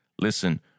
Listen